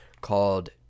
called